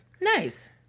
nice